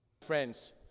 Friends